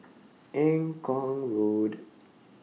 Eng Kong Road